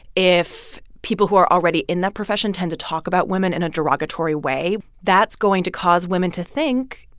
if people who are already in that profession tend to talk about women in a derogatory way, that's going to cause women to think,